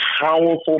powerful